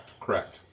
correct